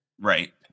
Right